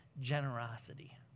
generosity